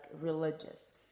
religious